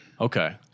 Okay